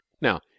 now